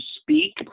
speak